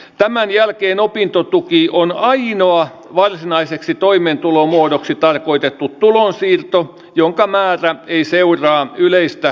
tämän jälkeen opintotuki on ainoa varsinaiseksi toimeentulomuodoksi tarkoitettu tulonsiirto jonka määrä ei seuraa yleistä kustannuskehitystä